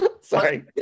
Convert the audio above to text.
Sorry